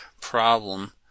problem